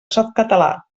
softcatalà